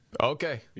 Okay